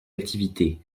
activités